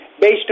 based